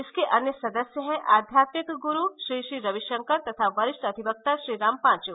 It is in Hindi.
इसके अन्य सदस्य हैं आध्यात्मिक गुरू श्री श्री रवि शंकर तथा वरिष्ठ अधिवक्ता श्रीराम पांच्